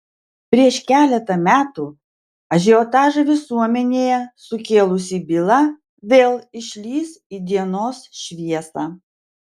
prieš keletą metų ažiotažą visuomenėje sukėlusi byla vėl išlįs į dienos šviesą